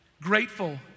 grateful